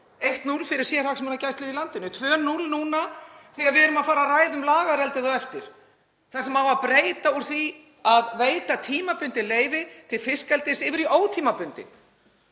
1–0 fyrir sérhagsmunagæslu í landinu, 2–0 núna þegar við erum að fara að ræða um lagareldið á eftir þar sem á að breyta úr því að veita tímabundið leyfi til fiskeldis yfir í ótímabundið.